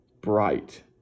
bright